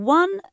one